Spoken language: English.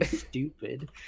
stupid